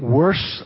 worse